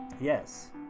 Yes